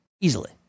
Easily